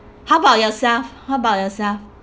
how about yourself how about yourself